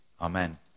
Amen